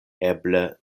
eble